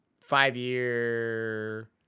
Five-year